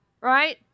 Right